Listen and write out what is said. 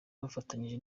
bafatanyije